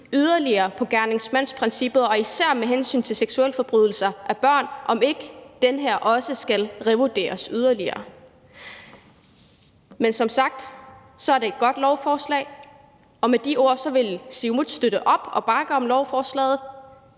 yderligere på gerningsmandsprincippet, især med hensyn til seksualforbrydelser mod børn, altså om ikke det her også skal revurderes yderligere. Men som sagt er det et godt lovforslag. Med de ord vil Siumut støtte op og bakke op om lovforslaget.